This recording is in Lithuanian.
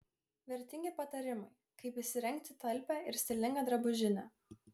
vertingi patarimai kaip įsirengti talpią ir stilingą drabužinę